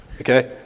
okay